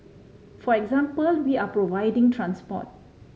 for example we are providing transport